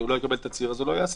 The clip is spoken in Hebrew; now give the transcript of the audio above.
הוא לא יקבל תצהיר אז הוא לא יעסיק,